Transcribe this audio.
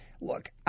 Look